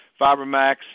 FiberMax